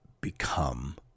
become